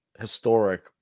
historic